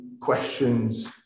questions